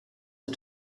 der